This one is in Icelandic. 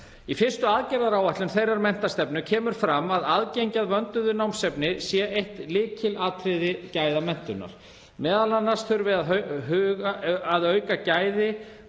Í fyrstu aðgerðaáætlun menntastefnunnar kemur fram að aðgengi að vönduðu námsefni sé eitt lykilatriði gæðamenntunar. Meðal annars þurfi að auka gæði,